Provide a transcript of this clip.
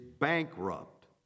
bankrupt